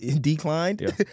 declined